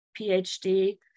PhD